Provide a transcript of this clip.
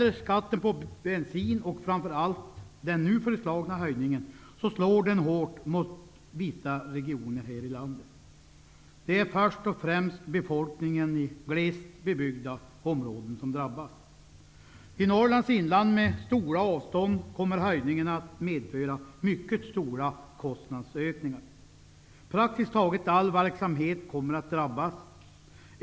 Skatten på bensin och framför allt den nu föreslagna skattehöjningen slår hårt mot vissa regioner här i landet. Det är först och främst befolkningen i glest bebyggda områden som drabbas. I Norrlands inland, där avstånden är stora, kommer höjningen att medföra mycket stora kostnadsökningar. Praktiskt taget all verksamhet kommer att drabbas.